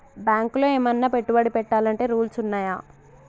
బ్యాంకులో ఏమన్నా పెట్టుబడి పెట్టాలంటే రూల్స్ ఉన్నయా?